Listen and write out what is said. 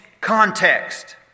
context